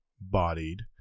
bodied